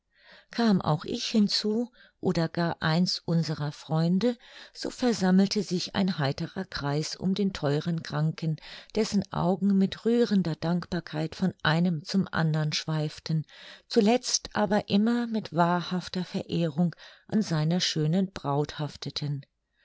kam auch ich hinzu oder gar eins unserer freunde so versammelte sich ein heiterer kreis um den theuren kranken dessen augen mit rührender dankbarkeit von einem zum andern schweiften zuletzt aber immer mit wahrhafter verehrung an seiner schönen braut hafteten